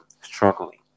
struggling